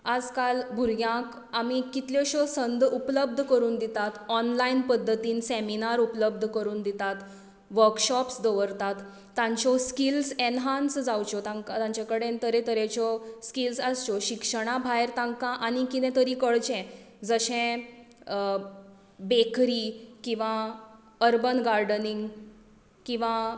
आयज काल भुरग्यांक आमी कितल्योश्यो संदी उपलब्द करून दितात ऑनलायन पध्दतीन सॅमीनार उपलब्द करून दितात वर्कशाॅप्स दवरतात तांच्यो स्किल्स ऍनहांन्स जावच्यो तांका तांचे कडेन तरेतरेच्यो स्किल्स आसच्यो शिक्षणा भायर तांकां आनीक कितें तरी कळचें जशें बेकरी किंवां अरबन गार्डनिंग किंवां